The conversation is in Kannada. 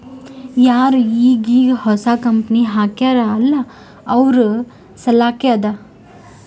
ಯಾರು ಈಗ್ ಈಗ್ ಹೊಸಾ ಕಂಪನಿ ಹಾಕ್ಯಾರ್ ಅಲ್ಲಾ ಅವ್ರ ಸಲ್ಲಾಕೆ ಅದಾ